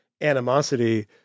animosity